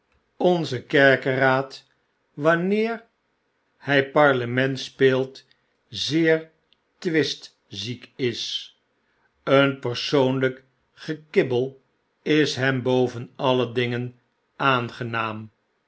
onze kerkeraad wanneer hij parlement speelt zeer twistziek is een persoonlijk gekibbel is hem boven alle dingen aangenaam